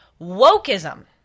Wokeism